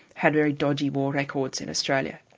had very dodgy war records in australia.